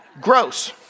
Gross